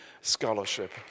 scholarship